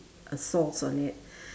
a sauce on it